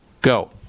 Go